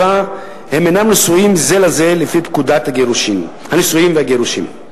7. הם אינם נשואים זה לזה לפי פקודת הנישואים והגירושים.